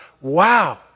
wow